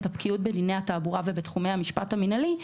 את הבקיאות בדיני התעבורה ובתחומי המשפט המינהלי.